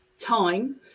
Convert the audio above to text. time